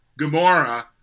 Gamora